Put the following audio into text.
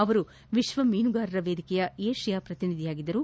ಅವರು ವಿಶ್ವ ಮೀನುಗಾರರ ವೇದಿಕೆಯ ಏಷ್ಠಾ ಪ್ರತಿನಿಧಿಯಾಗಿದ್ದರು